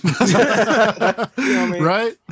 Right